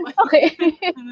Okay